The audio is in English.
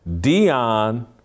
Dion